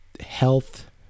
health